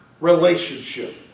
relationship